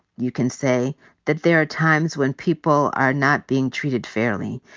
you can say that there are times when people are not being treated fairly.